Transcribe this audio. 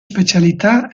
specialità